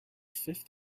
fifth